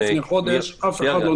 חודש.